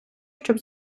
щоб